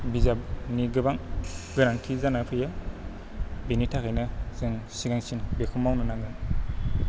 बिजाबनि गोबां गोनांथि जाना फैयो बेनि थाखायनो जों सिगांसिन बेखौ मावनो नांगोन